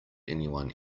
anyone